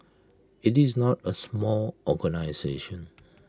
IT is not A small organisation